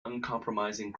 uncompromising